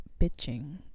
bitching